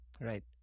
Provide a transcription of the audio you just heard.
Right